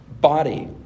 body